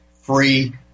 free